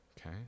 Okay